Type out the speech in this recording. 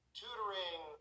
tutoring